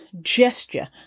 gesture